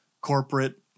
corporate